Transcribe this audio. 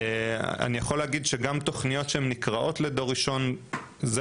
אני יכול להגיד שגם תוכניות שנקראות דור ראשון זה